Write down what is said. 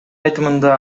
айтымында